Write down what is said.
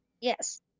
Yes